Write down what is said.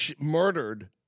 murdered